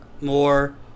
more